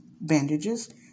bandages